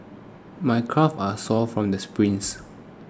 my calves are sore from the sprints